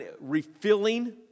refilling